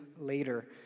later